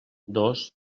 dos